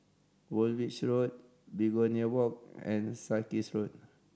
Woolwich Road Begonia Walk and Sarkies Road